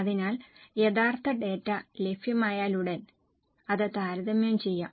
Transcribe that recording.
അതിനാൽ യഥാർത്ഥ ഡാറ്റ ലഭ്യമായാലുടൻ അത് താരതമ്യം ചെയ്യാം